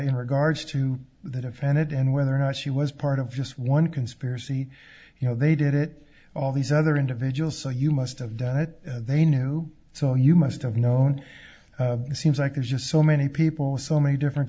in regards to that offended and whether or not she was part of just one conspiracy you know they did it all these other individuals so you must of done it they knew so you must have known it seems like there's just so many people so many different